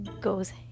goes